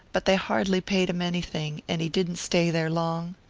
but they hardly paid him anything, and he didn't stay there long.